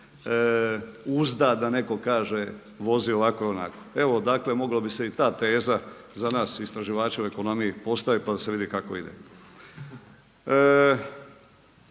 uzda da netko kaže vozi ovako ili onako. Evo dakle mogla bi se i ta teza za nas istraživače u ekonomiji postavit pa da se vidi kako ide.